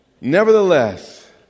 Nevertheless